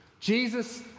Jesus